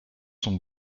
sont